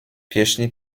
pieśni